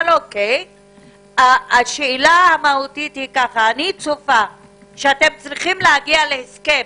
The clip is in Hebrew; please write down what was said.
אני צופה שאתם צריכים להגיע להסכם